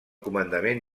comandament